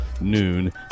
noon